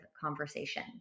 conversation